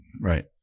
Right